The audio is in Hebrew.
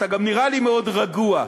אתה גם נראה לי מאוד רגוע.